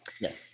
Yes